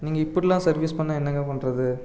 நீங்கள் இப்படிலாம் சர்வீஸ் பண்ணிணா என்னங்க பண்ணுறது